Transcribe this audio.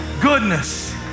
goodness